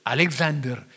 Alexander